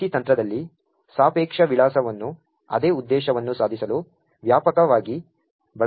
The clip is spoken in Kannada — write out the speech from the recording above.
PIC ತಂತ್ರದಲ್ಲಿ ಸಾಪೇಕ್ಷ ವಿಳಾಸವನ್ನು ಅದೇ ಉದ್ದೇಶವನ್ನು ಸಾಧಿಸಲು ವ್ಯಾಪಕವಾಗಿ ಬಳಸಲಾಗುತ್ತದೆ